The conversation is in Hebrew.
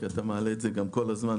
כי אתה מעלה אותה כל הזמן.